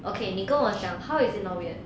okay 你跟我讲 how is it not weird